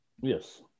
Yes